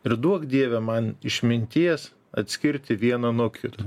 ir duok dieve man išminties atskirti vieną nuo kito